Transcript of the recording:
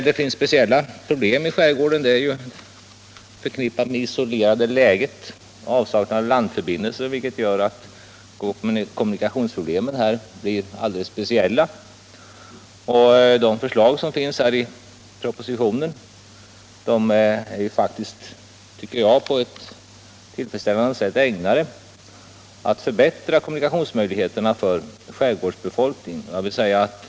De speciella problemen i skärgården är förknippade med det isolerade läget och avsaknaden av landförbindelser. Man har alltså där speciella kommunikationsproblem. Propositionens förslag är ägnade att på ett tillfredsställande sätt förbättra kommunikationsmöjligheterna för skärgårdsbefolkningen.